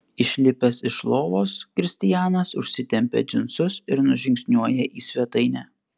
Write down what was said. išlipęs iš lovos kristianas užsitempia džinsus ir nužingsniuoja į svetainę